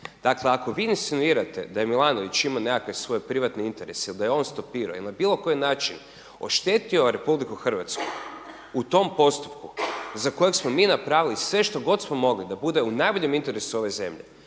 Dakle, ako vi insinuirate da je Milanović imao nekakve svoje privatne interes ili da je on stopirao ili na bilo koji način oštetio Republiku Hrvatsku u tom postupku za kojeg smo mi napravili sve što god smo mogli da bude u najboljem interesu ove zemlje